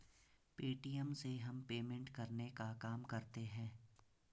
Paytm से हम payment करने का काम करते है